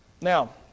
now